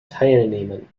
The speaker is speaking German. teilnehmen